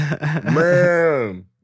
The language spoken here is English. Man